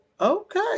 Okay